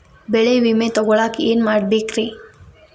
ಬೆಳೆ ವಿಮೆ ತಗೊಳಾಕ ಏನ್ ಮಾಡಬೇಕ್ರೇ?